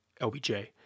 LBJ